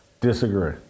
Disagree